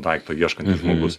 daikto ieškantis žmogus